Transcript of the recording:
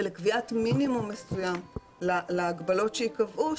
ולקביעת מינימום מסוים להגבלות שייקבעו,